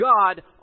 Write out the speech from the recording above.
God